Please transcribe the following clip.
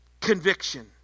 Conviction